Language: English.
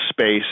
Space